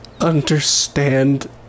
understand